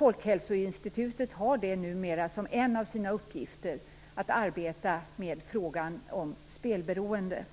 Folkhälsoinstitutet har numera som en av sina uppgifter att arbeta med frågan om spelberoende.